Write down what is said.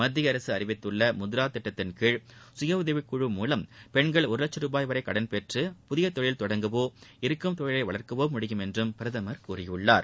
மத்திய அரசு அறிவித்துள்ள முத்ரா திட்டத்தின்கீழ் சுயஉதவி குழு மூவம் பெண்கள் ஒரு வட்ச ருபாய் வரை கடன்பெற்று புதிய தொழில் தொடங்கவோ இருக்கும் தொழிலை வளர்க்கவோ முடியும் என்றும் பிரதமர் கூறியுள்ளார்